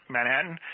Manhattan